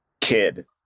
kid